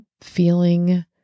feeling